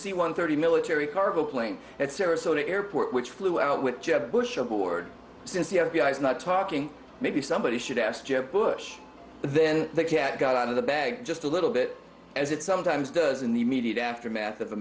c one thirty military cargo plane at sarasota airport which flew out with jeb bush aboard since the f b i is not talking maybe somebody should ask jeb bush then they can't get out of the bag just a little bit as it sometimes does in the immediate aftermath of a